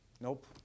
Nope